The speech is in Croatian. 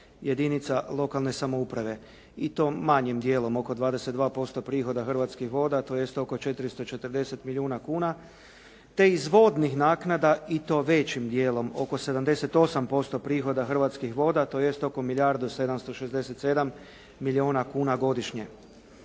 jedinica lokalne samouprave i to manjim dijelom oko 22% prihoda Hrvatskih voda, tj. oko 440 milijuna kuna, te iz vodnih naknada i to većim dijelom oko 78% prihoda Hrvatskih voda, tj. oko milijardu 767 milijuna kuna godišnje.